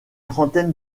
trentaine